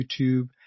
YouTube